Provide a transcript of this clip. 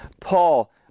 Paul